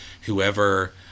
whoever